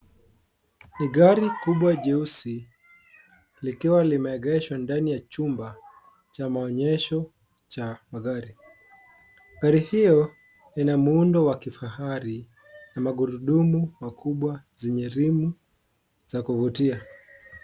Ni gari kubwa jeusi likiwa limeegeshwa ndani ya chumba cha maonyesho cha magari. Gari hiyo ina muundo wa kifahari na magurudumu makubwa zenye rimu ya kuvutia.